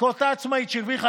אותה עצמאית שהרוויחה